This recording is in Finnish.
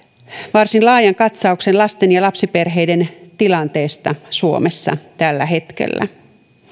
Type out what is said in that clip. varsin laajan katsauksen lasten ja lapsiperheiden tilanteesta suomessa tällä hetkellä